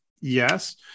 yes